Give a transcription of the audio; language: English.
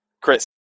Chris